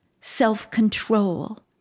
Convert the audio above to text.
self-control